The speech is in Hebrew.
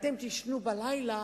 כשאתם תישנו בלילה,